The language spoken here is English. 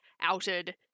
outed